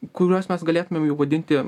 kuriuos mes galėtumėm jau vadinti